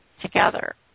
together